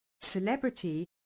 celebrity